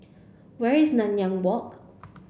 where is Nanyang Walk